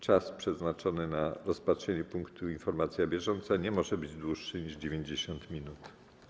Czas przeznaczony na rozpatrzenie punktu: Informacja bieżąca nie może być dłuższy niż 90 minut.